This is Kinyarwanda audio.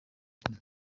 guma